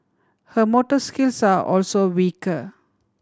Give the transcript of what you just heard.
her motor skills are also weaker